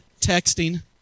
texting